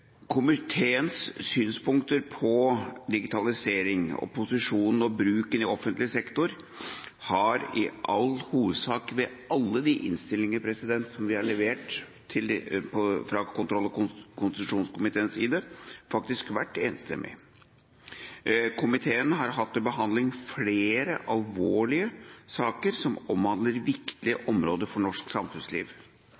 Komiteens synspunkt på digitalisering, posisjonen og bruken i offentlig sektor har i all hovedsak ved alle de innstillinger vi har levert fra kontroll- og konstitusjonskomiteens side, vært enstemmig. Komiteen har hatt til behandling flere alvorlige saker som omhandler